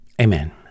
Amen